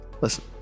Listen